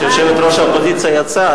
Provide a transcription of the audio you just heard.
כשיושבת-ראש האופוזיציה יצאה,